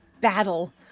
battle